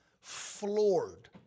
floored